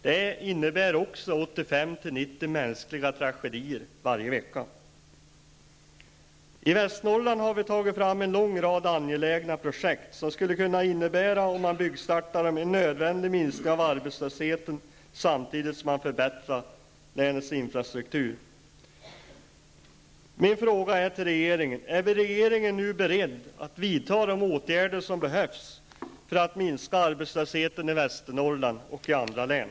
Det innebär också 85--90 mänskliga tragedier varje vecka. I Västernorrland har vi tagit fram en lång rad angelägna projekt som, om de fick byggstart, skulle kunna innebära en nödvändig minskning av arbetslösheten samtidigt som länets infrastruktur förbättrades. Min fråga till regeringen är: Är regeringen nu beredd att vidta de åtgärder som behövs för att minska arbetslösheten i Västernorrland och i andra län?